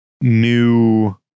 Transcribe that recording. new